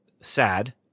sad